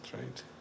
right